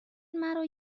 مرا